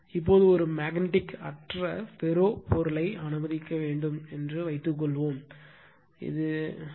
இப்போது ஒரு மேக்னெட்டிக் அற்ற ஃபெரோ பொருளை அனுமதிக்க வேண்டும் என்று வைத்துக்கொள்வோம் இது பி H 0